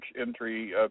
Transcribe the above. entry